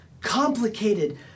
complicated